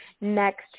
next